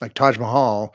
like taj mahal